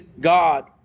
God